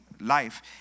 life